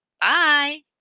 Bye